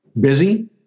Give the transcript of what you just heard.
Busy